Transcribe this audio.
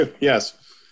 Yes